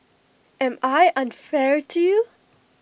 am I unfair to you